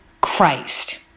Christ